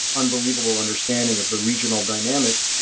unbelievable understanding of the regional dynamics.